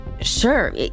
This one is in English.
Sure